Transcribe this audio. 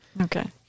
Okay